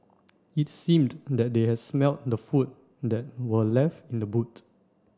it seemed that they had smelt the food that were left in the boot